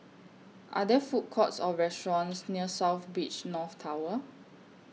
Are There Food Courts Or restaurants near South Beach North Tower